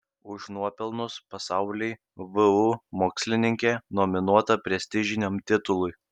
už nuopelnus pasauliui vu mokslininkė nominuota prestižiniam titului